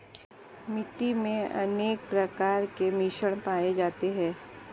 मिट्टी मे अनेक प्रकार के मिश्रण पाये जाते है